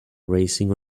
racing